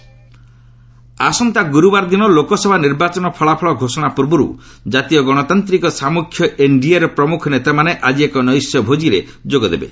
NDA meeting ଆସନ୍ତା ଗୁରୁବାର ଦିନ ଲୋକସଭା ନିର୍ବାଚନ ଫଳାଫଳ ଘୋଷଣା ପୂର୍ବରୁ ଜାତୀୟ ଗଣତାନ୍ତ୍ରିକ ସାମୁଖ୍ୟ ଏନ୍ଡିଏର ପ୍ରମୁଖ ନେତାମାନେ ଆଜି ଏକ ନୈଶ ଭୋଜିରେ ଯୋଗ ଦେବେ